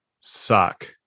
suck